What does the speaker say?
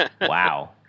wow